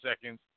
seconds